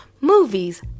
movies